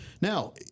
Now